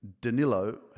Danilo